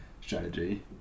strategy